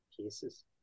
cases